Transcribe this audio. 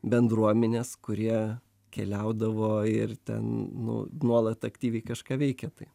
bendruomenės kurie keliaudavo ir ten nu nuolat aktyviai kažką veikė tai